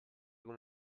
come